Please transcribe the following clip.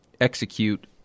execute